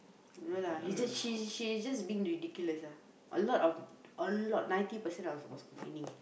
no lah he just she's she's just being ridiculous lah a lot of a lot ninety percent of was complaining